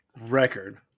record